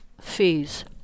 fees